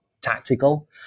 tactical